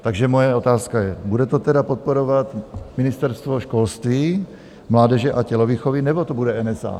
Takže moje otázka je: Bude to tedy podporovat Ministerstvo školství, mládeže a tělovýchovy, nebo to bude NSA?